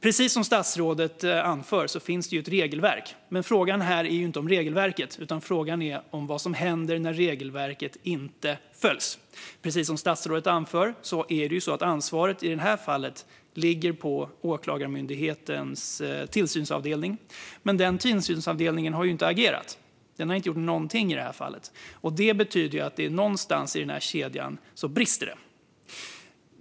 Precis som statsrådet anför finns det ett regelverk, men frågan här gäller inte regelverket utan vad som händer när regelverket inte följs. Precis som statsrådet anför ligger ansvaret i det här fallet på Åklagarmyndighetens tillsynsavdelning, men den avdelningen har ju inte agerat. Den har inte gjort någonting i det här fallet, och det betyder att det brister någonstans i kedjan.